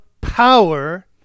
power